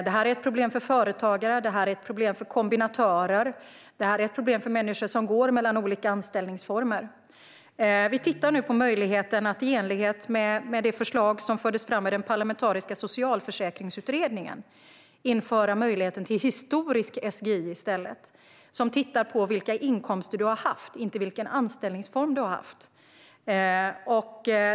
Detta är ett problem för företagare, för kombinatörer och för människor som går mellan olika anställningsformer. Vi tittar nu på möjligheten att i enlighet med det förslag som fördes fram av Parlamentariska socialförsäkringsutredningen i stället införa historisk SGI. Man tittar då på vilka inkomster du har haft, inte på vilken anställningsform du har haft.